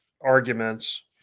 arguments